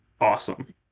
awesome